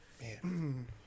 Man